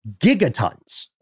gigatons